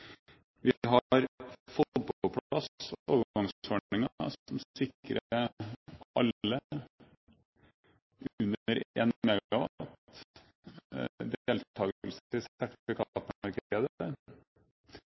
Vi har fått på plass overgangsordninger som sikrer alle småkraft under 1 MW deltakelse i sertifikatmarkedet fra 2004, og alle er